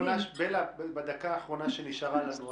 בדקה האחרונה שנותרה לנו,